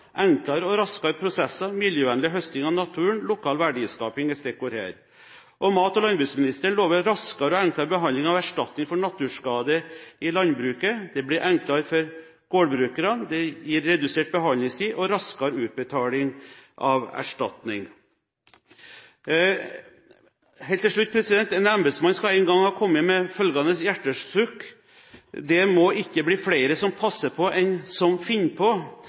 enklere og rakere prosesser, miljøvennlig høsting av naturen og lokal verdiskaping er stikkord her. Mat- og landbruksministeren lover raskere og enklere behandling av erstatning for naturskade i landbruket. Det blir enklere for gårdbrukerne, det gir redusert behandlingstid og raskere utbetaling av erstatning. Helt til slutt: En embetsmann skal en gang ha kommet med følgende hjertesukk: Det må ikke bli flere som passer på, enn som finner på.